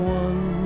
one